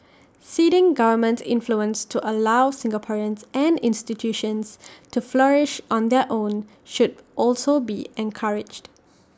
ceding government influence to allow Singaporeans and institutions to flourish on their own should also be encouraged